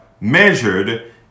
measured